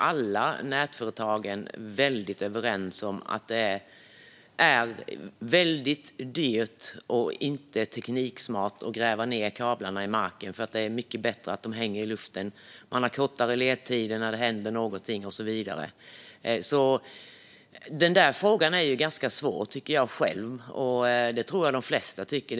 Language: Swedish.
Alla nätföretag är väldigt överens om att det är dyrt och inte tekniksmart att gräva ned kablarna i marken. Det är bättre att de hänger i luften, för man har kortare ledtider när det händer någonting och så vidare. Frågan är alltså ganska svår, tycker jag, och det tror jag att de flesta tycker.